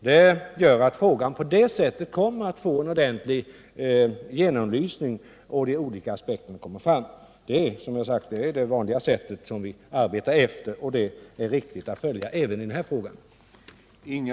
Den ordningen gör att frågan på det sättet kommer att få en offentlig genomlysning, så att de olika aspekterna kan komma fram. Som jag har sagt är detta det vanliga sätt som vi arbetar på, och det är riktigt att vi följer den kutymen även i denna fråga.